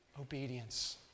obedience